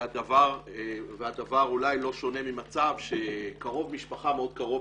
והדבר אולי לא שונה ממצב שקרוב משפחה מאוד קרוב,